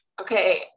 okay